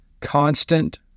constant